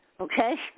Okay